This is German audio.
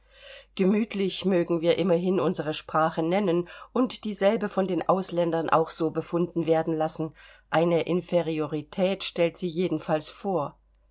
gemütlich mögen wir immerhin unsere sprache nennen und dieselbe von den ausländern auch so befunden werden lassen eine inferiorität stellt sie jedenfalls vor